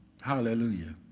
Hallelujah